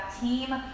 team